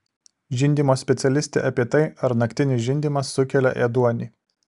žindymo specialistė apie tai ar naktinis žindymas sukelia ėduonį